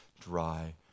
dry